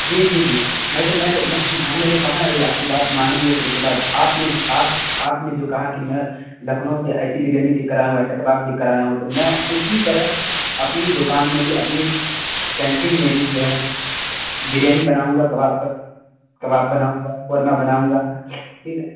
جی جی جی میں تو میں ہم نے تو کہا نا بھائی آپ کی بات مانیں گے پھر اس کے بعد آپ نے آپ آپ نے جو کہا کہ میں لکھنؤ سے ایسی بریانی دیکھ کر آیا ہوں ایسا کباب دیکھ کر آیا ہوں تو میں اسی طرح اپنی دوکان میں بھی اپنی کینٹین میں بھی جو ہے بریانی بناؤں گا کباب کباب بناؤں گا قورمہ بناؤں گا پھر